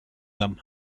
them